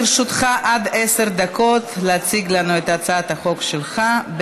לרשותך עד עשר דקות להציג לנו את הצעת החוק שלך.